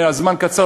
הזמן קצר,